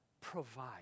provide